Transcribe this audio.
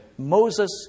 Moses